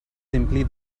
simply